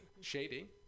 shady